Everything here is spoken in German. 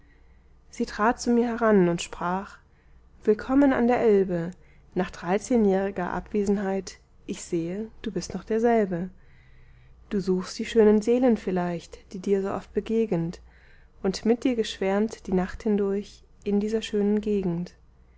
sie trat zu mir heran und sprach willkommen an der elbe nach dreizehnjähr'ger abwesenheit ich sehe du bist noch derselbe du suchst die schönen seelen vielleicht die dir so oft begegent und mit dir geschwärmt die nacht hindurch in dieser schönen gegend